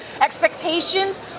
Expectations